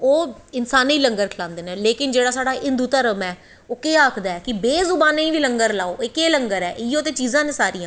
ओह् इंसानें गी लंगर खलांदे न लेकिन साढ़ा जेह्ड़ी हिन्दू धर्म ऐ ओह् आखदा ऐ कि बेजुवानें गी लंगर लाओ एह् केह् लंगर ऐ इयै ते चीज़ां नै सारियां